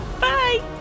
Bye